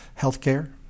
healthcare